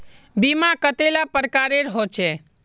बीमा कतेला प्रकारेर होचे?